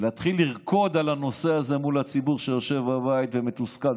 ולהתחיל לרקוד על הנושא הזה מול הציבור שיושב בבית ומתוסכל,